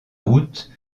route